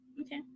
Okay